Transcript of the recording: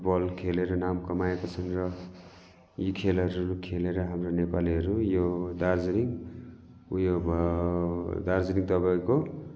football खेलेर नाम कमाएका छन् र यी खेलहरू खेलेर हाम्रो नेपालीहरू यो दार्जिलिङ उयो भयो दार्जिलिङ तपैको